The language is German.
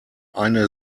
eine